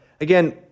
Again